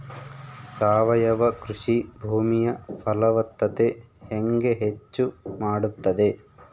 ಸಾವಯವ ಕೃಷಿ ಭೂಮಿಯ ಫಲವತ್ತತೆ ಹೆಂಗೆ ಹೆಚ್ಚು ಮಾಡುತ್ತದೆ?